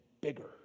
bigger